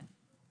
כן.